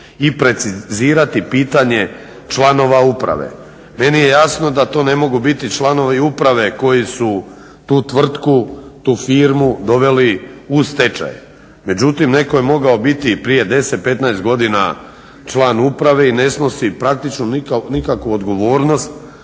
i precizirati pitanje članova uprave. Meni je jasno da to ne mogu biti članovi uprave koji su tu tvrtku, tu firmu doveli u stečaj. Međutim, netko je mogao biti prije 10, 15 godina član uprave i ne snosi praktički nikakvu odgovornost,